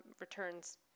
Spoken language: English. returns